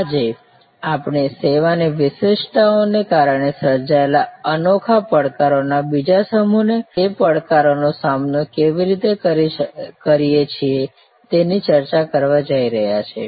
આજે આપણે સેવાની વિશેષતાઓને કારણે સર્જાયેલા અનોખા પડકારોના બીજા સમૂહની અને તે પડકારોનો સામનો કેવી રીતે કરી એ છીએ એની ચર્ચા કરવા જઈ રહ્યા છીએ